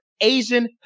Asian